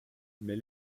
mais